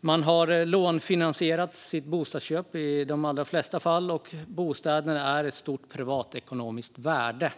Man har i de allra flesta fall lånefinansierat sitt bostadsköp, och bostäderna är ett stort privatekonomiskt värde.